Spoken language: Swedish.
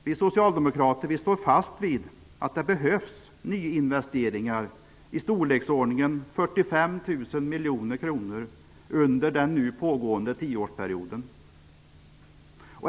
Vi socialdemokrater står fast vid att det behövs nyinvesteringar i storleksordningen 45 000 miljoner kronor under den nu pågående tioårsperioden.